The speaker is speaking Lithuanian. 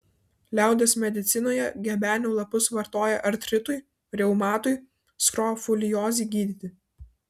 liaudies medicinoje gebenių lapus vartoja artritui reumatui skrofuliozei gydyti